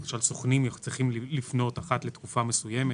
שסוכנים צריכים לפנות אחת לתקופה מסוימת